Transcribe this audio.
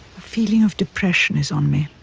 feeling of depression is on me,